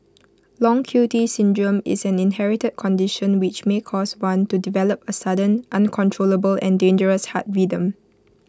long Q T syndrome is an inherited condition which may cause one to develop A sudden uncontrollable and dangerous heart rhythm